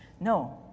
no